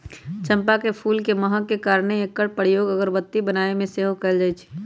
चंपा के फूल के महक के कारणे एकर प्रयोग अगरबत्ती बनाबे में सेहो कएल जाइ छइ